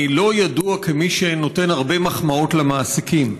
אני לא ידוע כמי שנותן הרבה מחמאות למעסיקים,